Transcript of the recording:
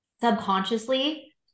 subconsciously